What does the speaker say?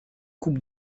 coupes